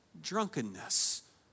Drunkenness